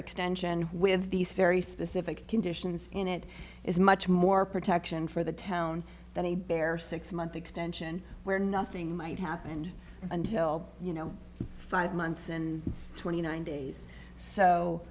extension with these very specific conditions in it is much more protection for the town than a bare six month extension where nothing might happen until you know five months and twenty nine days so